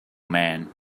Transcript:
man